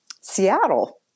Seattle